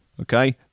okay